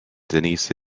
denise